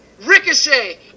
Ricochet